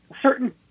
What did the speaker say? certain